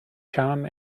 charm